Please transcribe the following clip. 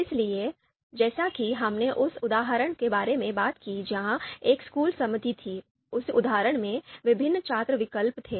इसलिए जैसा कि हमने उस उदाहरण के बारे में बात की जहां एक स्कूल समिति थी उस उदाहरण में विभिन्न छात्र विकल्प थे